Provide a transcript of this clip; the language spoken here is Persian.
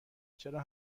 چرا